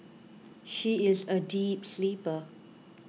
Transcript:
she is a deep sleeper